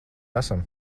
esam